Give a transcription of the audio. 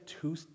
two